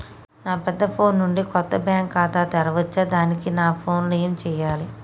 నా పెద్ద ఫోన్ నుండి కొత్త బ్యాంక్ ఖాతా తెరవచ్చా? దానికి నా ఫోన్ లో ఏం చేయాలి?